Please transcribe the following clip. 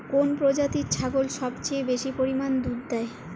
কোন প্রজাতির ছাগল সবচেয়ে বেশি পরিমাণ দুধ দেয়?